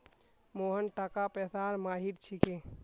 मोहन टाका पैसार माहिर छिके